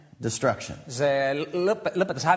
destruction